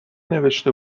نوشته